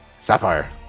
sapphire